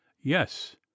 yes